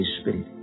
Spirit